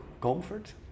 comfort